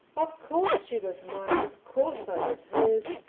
of course she was mine, of course i was hers,